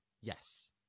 Yes